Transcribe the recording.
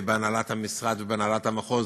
ובהנהלת המשרד ובהנהלת המחוז,